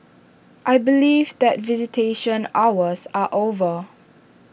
I believe that visitation hours are over